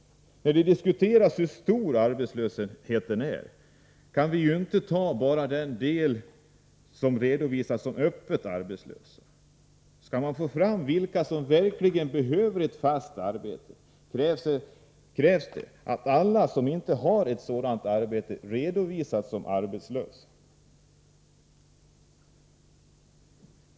När det diskuteras hur stor arbetslösheten är kan man inte bara räkna dem som redovisas som öppet arbetslösa. Skall man få fram vilka som verkligen behöver ett fast arbete, krävs det att alla som inte har ett sådant arbete redovisas som arbetslösa.